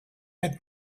had